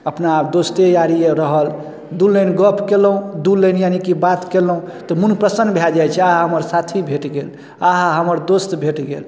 अपना दोस्ती यारी अइ रहल दुइ लाइन गप केलहुँ दू लाइन यानीकि बात केलहुँ तऽ मोन प्रसन्न भऽ जाइ छै अहा हमर साथी भेटि गेल अहा हमर दोस्त भेटि गेल